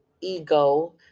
ego